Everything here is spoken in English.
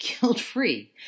guilt-free